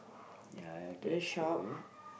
ya I guess so